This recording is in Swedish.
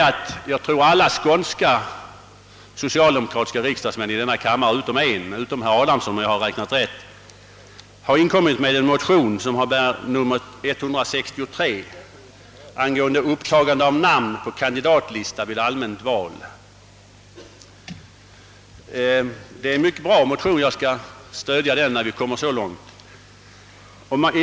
Samtliga skånska socialdemokratiska riksdagsmän i denna kammare utom en, herr Adamsson, har väckt en motion, nr 163, angående »upptagande av namn på kandidatlista vid allmänt val». Det är en mycket bra motion, och jag skall stödja den när vi kommer så långt.